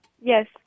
Yes